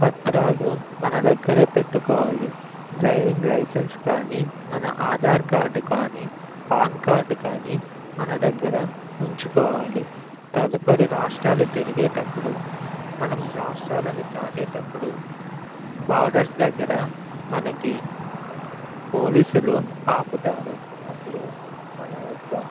పత్రాలు మన దగ్గరే పెట్టుకోవాలి డ్రైవింగ్ లైసెన్స్ కానీ మన ఆధార్ కార్డు కానీ పాన్ కార్డు కానీ మన దగ్గర ఉంచుకోవాలి తదుపరి రాష్ట్రాలు తిరిగేటప్పుడు మనం రాష్ట్రాలను దాటేటప్పుడు బార్డర్స్ దగ్గర మనకి పోలీసులు ఆపుతారు అప్పుడు మన యొక్క